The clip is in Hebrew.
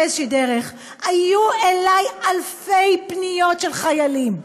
באיזושהי דרך היו אלי אלפי פניות של חיילים.